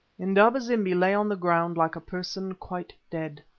indaba-zimbi lay on the ground like a person quite dead.